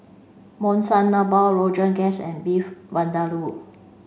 Monsunabe Rogan Josh and Beef Vindaloo